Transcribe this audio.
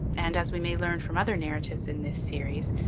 and, as we may learn from other narratives in this series,